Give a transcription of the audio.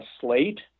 slate